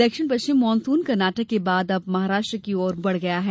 दक्षिण पश्चिम मॉनसून कर्नाटक के बाद अब महाराष्ट्र की और बढ़ गया है